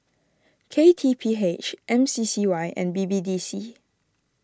K T P H M C C Y and B B D C